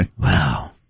Wow